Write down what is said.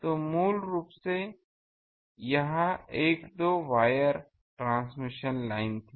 तो मूल रूप से यह एक दो वायर ट्रांसमिशन लाइन थी